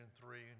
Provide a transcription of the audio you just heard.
three